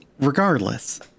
regardless